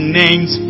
names